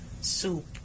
soup